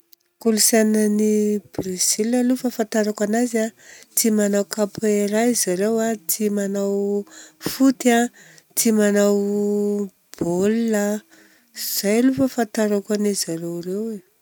Kolontsainan'ny Brezila aloha ny fahafantarako anazy a, tia manao kapoera zareo, tia manao foot a, tia manao baolina a. Izay aloha ny fahafatarako an'zareo ireo e.